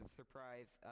surprise